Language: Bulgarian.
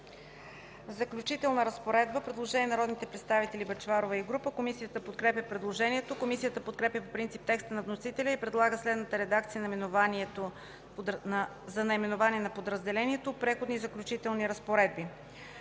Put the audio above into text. „Заключителна разпоредба”. Предложение на народните представители Бъчварова и група. Комисията подкрепя предложението. Комисията подкрепя по принцип текста на вносителя и предлага следната редакция за наименование на подразделението: „Преходни и заключителни разпоредби”.